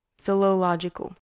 Philological